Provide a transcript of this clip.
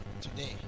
today